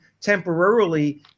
temporarily